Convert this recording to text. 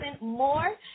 more